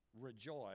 rejoice